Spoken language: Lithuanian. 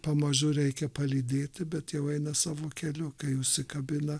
pamažu reikia palydėti bet jau eina savo keliu kai užsikabina